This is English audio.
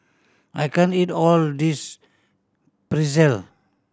I can't eat all of this Pretzel